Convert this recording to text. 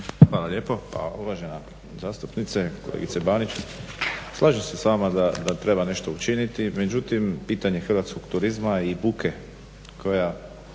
Hvala lijepo. Pa uvažena zastupnice, kolegice Banić, slažem se s vama da treba nešto učiniti, međutim pitanje hrvatskog turizma i buke koja